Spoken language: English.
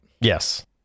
yes